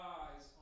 eyes